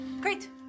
Great